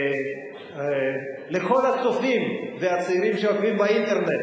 ולכל הצופים והצעירים שעוקבים באינטרנט